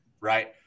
right